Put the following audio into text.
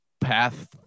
path